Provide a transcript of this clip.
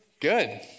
Good